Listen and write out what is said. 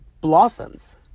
blossoms